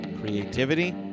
creativity